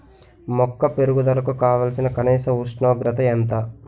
మొక్క పెరుగుదలకు కావాల్సిన కనీస ఉష్ణోగ్రత ఎంత?